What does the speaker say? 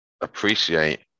appreciate